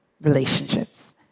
relationships